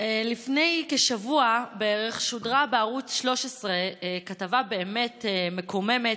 לפני שבוע בערך שודרה בערוץ 13 כתבה באמת מקוממת